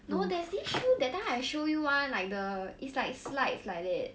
no there's this shoe that time I show you one like the it's like slides like that